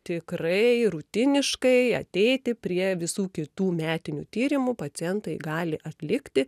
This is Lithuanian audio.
tikrai rutiniškai ateiti prie visų kitų metinių tyrimų pacientai gali atlikti